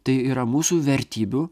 tai yra mūsų vertybių